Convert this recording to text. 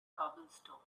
cobblestone